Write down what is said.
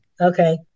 Okay